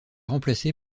remplacée